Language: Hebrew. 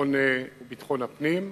וביטחון הפנים.